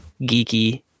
Geeky